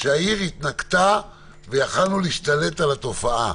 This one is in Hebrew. שהעיר התנקתה ויכולנו להשתלט על התופעה.